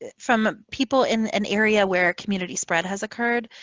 ah from people in an area where community spread has occurred.